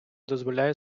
дозволяє